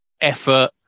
effort